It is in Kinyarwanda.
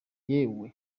yewe